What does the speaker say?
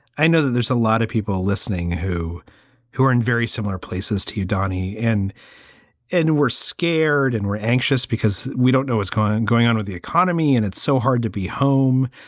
i know that there's a lot of people listening who who are in very similar places to you, danny. and and we're scared and we're anxious because we don't know what's going going on with the economy. and it's so hard to be home.